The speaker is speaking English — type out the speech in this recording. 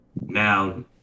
now